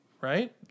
Right